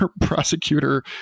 prosecutor